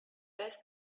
best